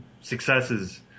successes